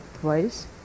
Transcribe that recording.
twice